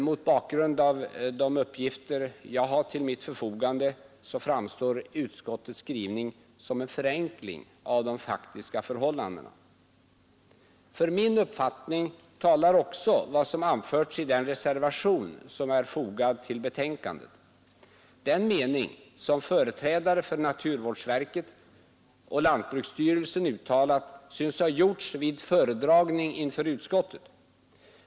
Mot bakgrund av de uppgifter jag har till mitt förfogande framstår utskottets skrivning som en förenkling av de faktiska förhållandena. För min uppfattning talar också vad som anförs i den reservation som är fogad till betänkandet. Den mening som företrädare för naturvårdsverket och lantbruksstyrelsen uttalat synes ha gjorts vid föredragning inför utskottet.